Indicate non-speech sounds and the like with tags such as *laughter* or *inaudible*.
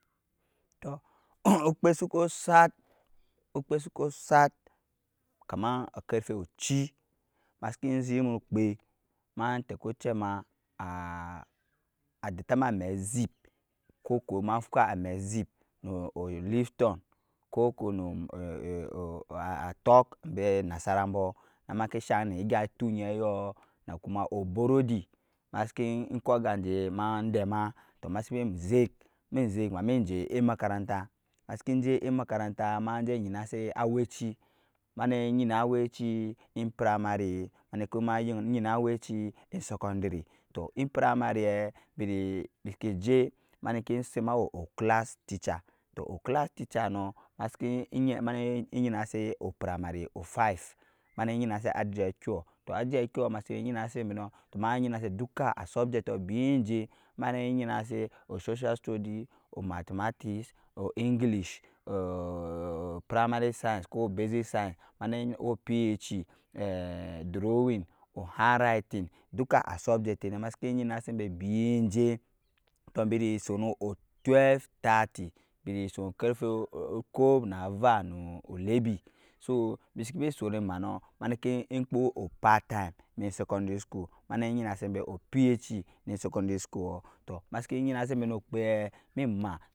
To *noise* okpɛ suku sat okpɛ suku sat kama okarfɛ ochi masiki zit nu ukpɛ ma takɛi chɛma adɛntama amɛi zip kɔkoɔ ma fa amɛi zip nɔɔ oliptɔn kɔkɔɔ *hesitation* atuk ambɛ nasardkɔɔ namaki shang nɛ egya kɛ tugyi yɔɔ na kuma obɔrɔdi masiki kɔɔ aga jɛ ma dɛma tɔɔ masikin zɛk min zɛk mamin jɛ ɛmakaranta majɛ enyinasɛ awɛco mani enyina awɛci in primary mani ki kuma enyina awɛci in secondary tɔɔ in primary bini siki jɛ mani kisɛ wɛi oclass teacher tɔɔ oclss teacher nɔɔ mani *hesitation* mani enyina oprimary tɔɔ aji agɔr masini enyinasɛbɛ nɔɔ ma enyinasɛ a subject tɔɔ burunjɛ mani enyinasɛ osocial studies nɔɔ mathmatics nɔɔ english oprimary science kɔɔ obasic science *hesitation* o phe *hesitation* o drawing kɔɔ handwritting duka a subject masi nɛ enyinasɛ burunjɛ tɔɔ bini sun *unintelligible* so bisikibi sɔn ɛma mani kikpɔ in secondary school mani enyinasɛbɛ o phe in secondary school masiki enyinasɛbɛ min ma,